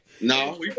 No